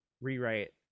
rewrite